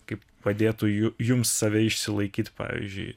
kaip padėtų jų jums save išsilaikyt pavyzdžiui